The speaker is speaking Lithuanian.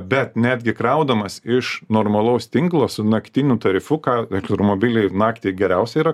bet netgi kraudamas iš normalaus tinklo su naktiniu tarifu ką elektromobiliai naktį geriausia yra